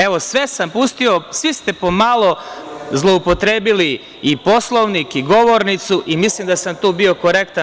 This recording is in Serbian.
Evo, sve sam pustio, svi ste pomalo zloupotrebili i Poslovnik i govornicu i mislim da sam tu bio korektan.